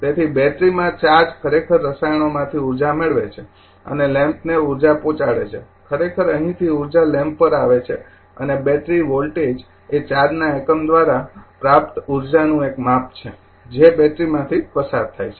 તેથી બેટરીમાં ચાર્જ ખરેખર રસાયણોમાથી ઉર્જા મેળવે છે અને લેમ્પને ઉર્જા પહોંચાડે છે ખરેખર અહીંથી ઉર્જા લેમ્પ પર આવે છે અને બેટરી વોલ્ટેજ એ ચાર્જના એકમ દ્વારા પ્રાપ્ત ઉર્જાનું એક માપ છે જે બેટરી માથી પસાર થાય છે